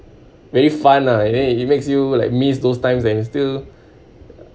very fun lah and then it it makes you like miss those times and you still